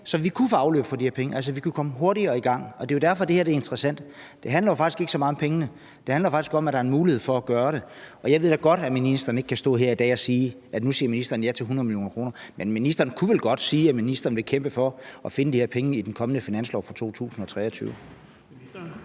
Så vi kunne finde de her penge, og vi kunne komme hurtigere i gang. Det er jo derfor, det her er interessant. Det handler faktisk ikke så meget om pengene, men om, at der er en mulighed for at gøre det. Jeg ved da godt, at ministeren ikke kan stå her i dag og sige, at hun nu kan sige ja til, at man kan finde de her 100 mio. kr., men ministeren kunne vel godt sige, at hun vil kæmpe for at finde de her penge i den kommende finanslov for 2023.